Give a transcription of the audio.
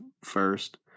first